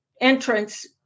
entrance